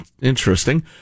interesting